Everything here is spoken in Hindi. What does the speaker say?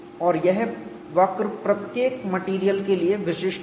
और यह वक्र प्रत्येक मेटेरियल के लिए विशिष्ट है